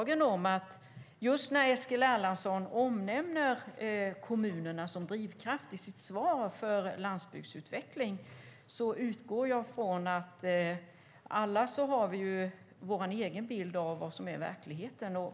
Eskil Erlandsson omnämner kommunerna som drivkraft för landsbygdsutveckling i sitt svar. Jag kan inte låta bli att påminna riksdagen om att vi alla har vår egen bild av verkligheten.